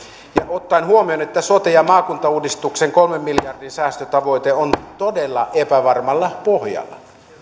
ottaen huomioon että sote ja maakuntauudistuksen kolmen miljardin säästötavoite on todella epävarmalla pohjalla